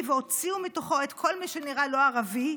והוציאו מתוכו את כל מי שנראה לא ערבי,